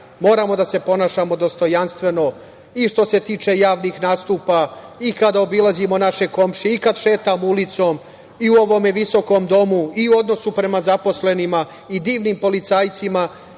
Moramo da se ponašamo dostojanstveno i što se tiče javnih nastupa i kada obilazimo naše komšije i kad šetamo ulicom i u ovom visokom domu i u odnosu prema zaposlenima i divnim policajcima